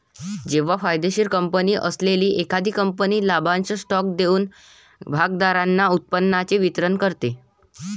जेव्हा फायदेशीर कंपनी असलेली एखादी कंपनी लाभांश स्टॉक देऊन भागधारकांना उत्पन्नाचे वितरण करते